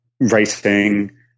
writing